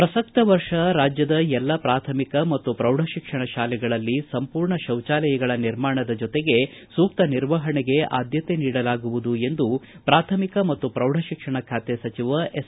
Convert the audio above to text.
ಪ್ರಸಕ್ತ ವರ್ಷ ರಾಜ್ಯದ ಎಲ್ಲ ಪ್ರಾಥಮಿಕ ಮತ್ತು ಪ್ರೌಢಶಿಕ್ಷಣ ಶಾಲೆಗಳಲ್ಲಿ ಸಂಪೂರ್ಣ ಶೌಚಾಲಯಗಳ ನಿರ್ಮಾಣದ ಜೊತೆಗೆ ಸೂಕ್ತ ನಿರ್ವಹಣೆಗೆ ಆದ್ದತೆ ನೀಡಲಾಗುವುದು ಎಂದು ಪ್ರಾಥಮಿಕ ಮತ್ತು ಪ್ರೌಢಶಿಕ್ಷಣ ಖಾತೆ ಸಚಿವ ಎಸ್